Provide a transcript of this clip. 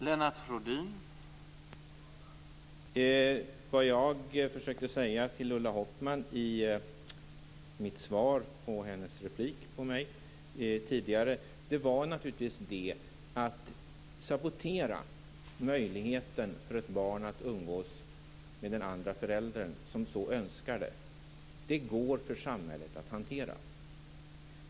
Herr talman! Vad jag försökte att säga till Ulla Hoffmann i mitt svar på hennes tidigare replik till mig var naturligtvis att det går för samhället att hantera om den ena föräldern saboterar möjligheten för ett barn att umgås med den andre föräldern.